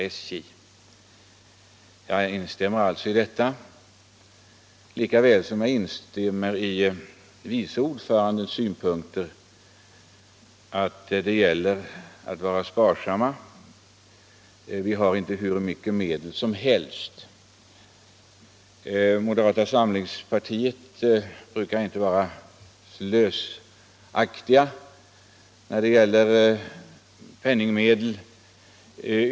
Jag instämmer i detta, lika väl som jag instämmer i vice ordförandens synpunkter att det gäller att vara sparsam. Vi har inte hur mycket medel som helst. Moderata samlingspartiet brukar inte vara slösaktigt när det gäller penningmedel.